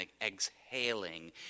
exhaling